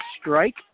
strike